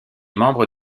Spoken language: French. membre